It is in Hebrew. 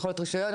רישיון,